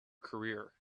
career